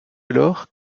alors